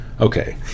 Okay